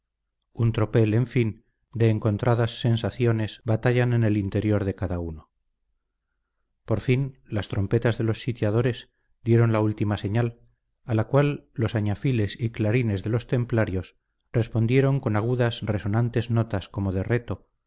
un tropel en fin de encontradas sensaciones batallan en el interior de cada uno por fin las trompetas de los sitiadores dieron la última señal a la cual los añafiles y clarines de los templarios respondieron con agudas resonantes notas como de reto